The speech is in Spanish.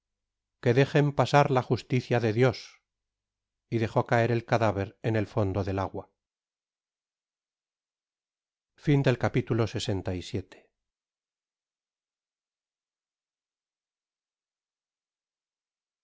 que dejen pasar la justicia de dios y dejó caer el cadáver en el fondo del agua